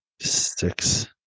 six